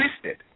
twisted